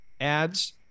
ads